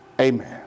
Amen